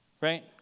Right